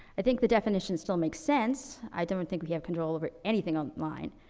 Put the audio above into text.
i think the definition still makes sense. i don't think we have control over anything online.